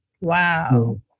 Wow